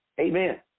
Amen